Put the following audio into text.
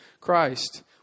Christ